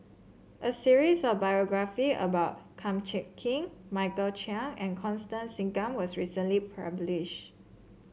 a series of biography about Kum Chee Kin Michael Chiang and Constance Singam was recently publish